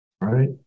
Right